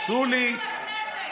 שולי,